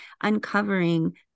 uncovering